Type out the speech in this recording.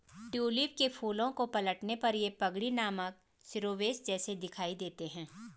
tulip के फूलों को पलटने पर ये पगड़ी नामक शिरोवेश जैसे दिखाई देते हैं